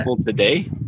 today